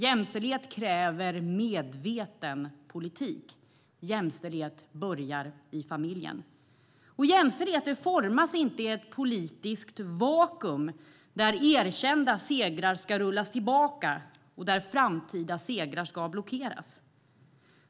Jämställdhet kräver medveten politik. Jämställdhet börjar i familjen. Och jämställdhet formas inte i ett politiskt vakuum, där erkända segrar ska rullas tillbaka och där framtida segrar ska blockeras.